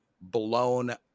blown